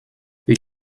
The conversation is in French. une